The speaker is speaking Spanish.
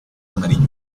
amarillo